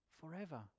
forever